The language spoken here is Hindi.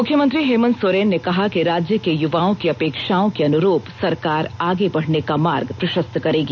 मुख्यमंत्री हेमन्त सोरेन ने कहा कि राज्य के युवाओं की अपेक्षाओं के अनुरूप सरकार आगे बढ़ने का मार्ग प्रशस्त करेगी